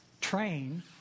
train